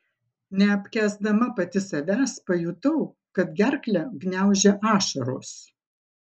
neapkęsdama pati savęs pajutau kad gerklę gniaužia ašaros